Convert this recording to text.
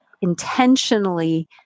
intentionally